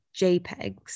jpegs